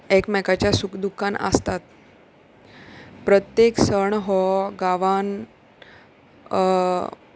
एकमेकाच्या सुख दुखान आसतात प्रत्येक सण हो गांवान